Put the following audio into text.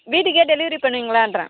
வீட்டுக்கே டெலிவரி பண்ணுவீங்களான்றேன்